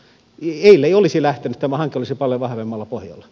ellei olisi lähtenyt tämä hanke olisi paljon vahvemmalla pohjalla